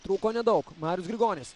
trūko nedaug marius grigonis